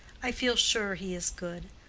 i feel sure he is good.